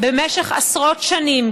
במשך עשרות שנים,